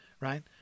right